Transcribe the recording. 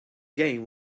game